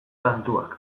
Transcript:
kantuak